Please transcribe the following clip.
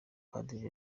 padiri